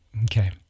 Okay